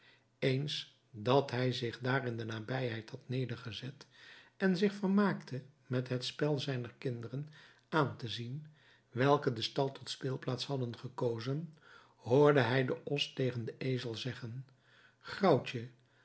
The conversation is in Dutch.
eens dat hij zich daar in de nabijheid had nedergezet en zich vermaakte met het spel zijner kinderen aan te zien welke den stal tot speelplaats hadden gekozen hoorde hij den os tegen den ezel zeggen graauwtje